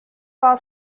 while